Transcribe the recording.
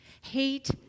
Hate